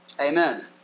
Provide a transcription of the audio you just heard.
Amen